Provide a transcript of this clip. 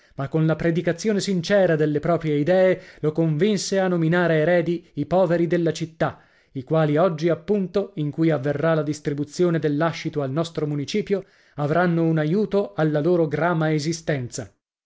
ma con la predicazione sincera delle proprie idee lo convinse a nominare eredi i poveri della città i quali oggi appunto in cui avverrà la distribuzione del làscito al nostro municipio avranno un aiuto alla loro grama esistenza